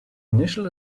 initial